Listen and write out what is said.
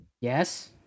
Yes